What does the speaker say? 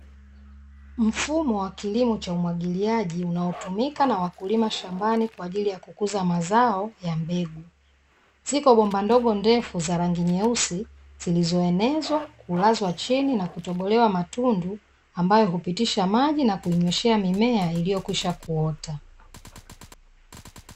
Mfumo wa kilimo cha umwagiliaji unaotumika na wakulima shambani kwa ajili ya kukuza mazao ya mbegu, ziko bomba ndogo ndefu za rangi nyeusi zilizoenezwa, kulazwa chini na kutobolewa matundu ambayo hupitisha maji na kuinyweshea mimea iliyokwisha kuota.